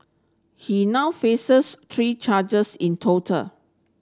he now faces three charges in total